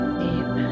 deep